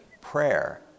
prayer